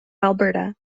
alberta